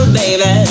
baby